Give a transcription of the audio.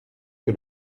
que